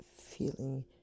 feeling